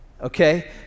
okay